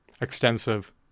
extensive